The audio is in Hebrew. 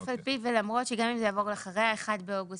אף על פי ולמרות שגם אם זה יעבור אחרי ה-1 באוגוסט